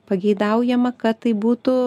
pageidaujama kad tai būtų